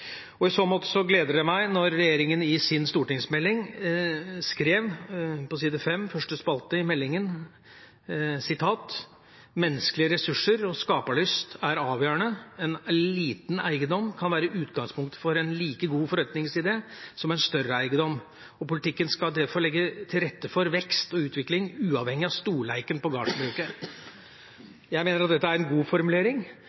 I så måte gleder det meg når regjeringa skriver på side 5, første spalte, i meldinga: «Menneskelege ressursar og skaparlyst er avgjerande. Ein liten eigedom kan vere utgangspunktet for ein like god forretningsidé som ein større eigedom. Politikken skal difor leggje til rette for vekst og utvikling uavhengig av storleiken på